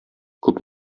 күп